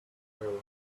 oil